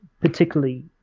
particularly